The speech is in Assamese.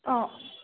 অঁ